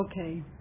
Okay